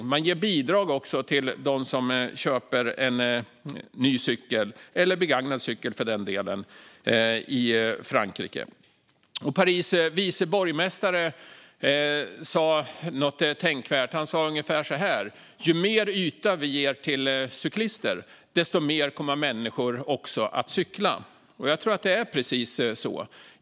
I Frankrike ger man även bidrag till dem som köper en ny, eller för den delen begagnad, cykel. Paris vice borgmästare sa något tänkvärt. Han sa ungefär så här: Ju mer yta vi ger till cyklister, desto mer kommer människor också att cykla. Jag tror att det är precis så.